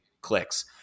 clicks